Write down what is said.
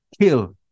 kill